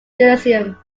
jerusalem